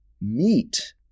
Meat